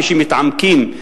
כשמתעמקים,